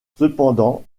cependant